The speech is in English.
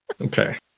Okay